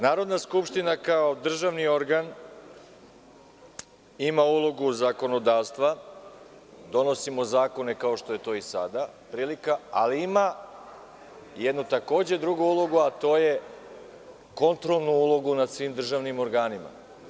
Narodna skupština kao državni organ ima ulogu zakonodavstva, donosimo zakone kao što je to i sada prilika, ali ima i jednu takođe drugu ulogu, a to je kontrolnu ulogu nad svim državnim organima.